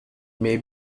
may